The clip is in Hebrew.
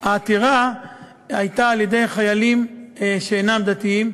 שהעתירה הייתה של חיילים שאינם דתיים,